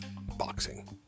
boxing